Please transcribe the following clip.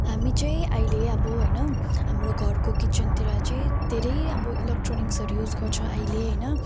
हामी चाहिँ अहिले अब हैन हाम्रो घरको किचनतिर चाहिँ धेरै अब इलक्ट्रोनिक्सहरू युज गर्छौँ अहिले हैन